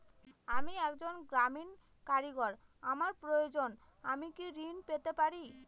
আমি একজন গ্রামীণ কারিগর আমার প্রয়োজনৃ আমি কি ঋণ পেতে পারি?